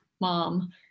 mom